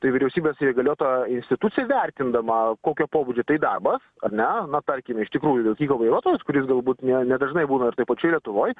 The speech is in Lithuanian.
tai vyriausybės įgaliota institucija vertindama kokio pobūdžio tai darbas ar ne na tarkim iš tikrųjų vilkiko vairuotojas kuris galbūt ne nedažnai būna ir toj pačioj lietuvoj